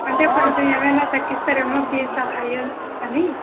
అంటే కొంచం ఏమైనా తగిస్తారేమో ఫీజ్ సహాయం అని